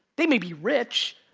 they may be rich,